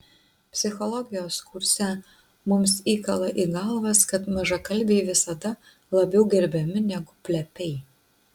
psichologijos kurse mums įkala į galvas kad mažakalbiai visada labiau gerbiami negu plepiai